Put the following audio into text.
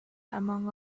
among